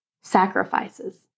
sacrifices